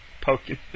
Poking